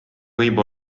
võib